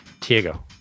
Diego